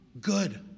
Good